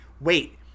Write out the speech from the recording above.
wait